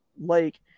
lake